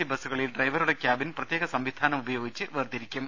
C ബസ്സുകളിൽ ഡ്രൈവറുടെ cabin പ്രത്യേക സംവിധാനം ഉപയോഗിച്ചു വേർതിരിക്കും